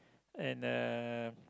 and uh